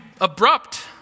abrupt